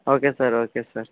okay sir okay sir